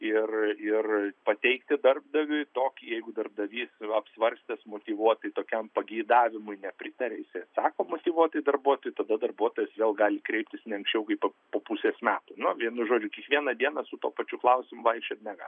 ir ir pateikti darbdaviui tokį jeigu darbdavys apsvarstęs motyvuotai tokiam pageidavimui nepritarė jisai atsako motyvuotai darbuotojui tada darbuotojas vėl gali kreiptis ne anksčiau kaip po pusės metų na vienu žodžiu kiekvieną dieną su tuo pačiu klausimu vaikčiot negalima